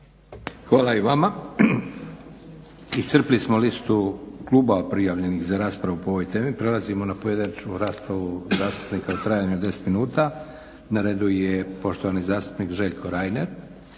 Hvala i vama. Iscrpili smo listu klubova prijavljenih za raspravu po ovoj temi. Prelazimo na pojedinačnu raspravu zastupnika u trajanju od 10 minuta. Na redu je poštovani zastupnik Željko Reiner.